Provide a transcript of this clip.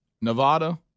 Nevada